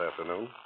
afternoon